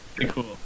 cool